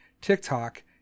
TikTok